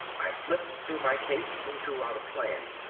i flipped through my case and drew out a plan.